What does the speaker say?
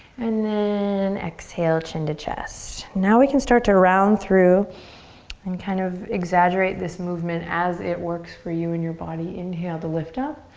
and then exhale, chin to chest. now we can start to round through and kind of exaggerate this movement as it works for you and you're body. inhale to lift up,